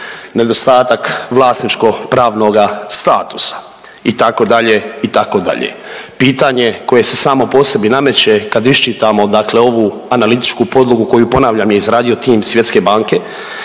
Nedostatak vlasničko pravnoga statusa itd., itd. Pitanje koje se samo po sebi nameće kad iščitamo dakle ovu analitičku podlogu koju ponavljam je izradio tim Svjetske banke